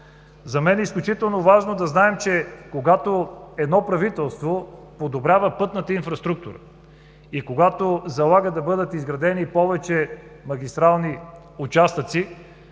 За мен е изключително важно да знаем, че когато едно правителство подобрява пътната инфраструктура и когато залага да бъдат изградени повече магистрални участъци,